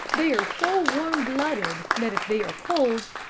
they are so warm-blooded that if they are cold,